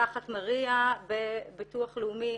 המפקחת מריה בביטוח לאומי,